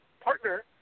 partner